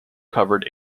covered